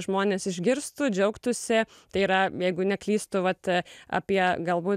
žmonės išgirstų džiaugtųsi tai yra jeigu neklystu vat apie galbūt